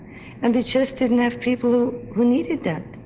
and they just didn't have people who who needed that.